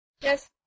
Yes